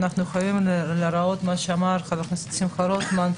כפי שאמר שמחה רוטמן,